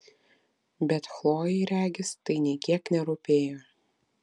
bet chlojei regis tai nė kiek nerūpėjo